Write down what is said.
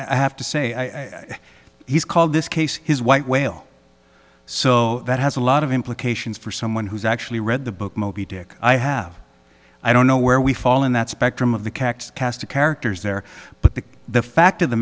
i have to say he's called this case his white whale so that has a lot of implications for someone who's actually read the book moby dick i have i don't know where we fall in that spectrum of the cacs cast of characters there but the the fact of the